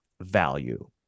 value